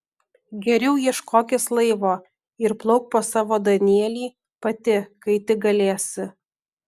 geriau ieškokis laivo ir plauk pas savo danielį pati kai tik galėsi